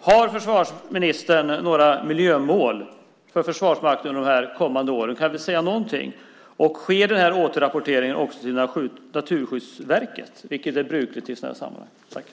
Har försvarsministern några miljömål för Försvarsmakten under de kommande åren? Du kan väl säga någonting. Och sker återrapporteringen också till Naturvårdsverket, viket är brukligt i sådana här sammanhang?